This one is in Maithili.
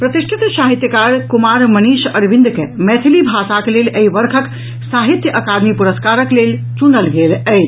प्रतिष्ठित साहित्यकार कुमार मनीष अरविंद के मैथिली भाषाक लेल एहि वर्षक साहित्य अकादमी पुरस्कारक लेल चुनल गेल अछि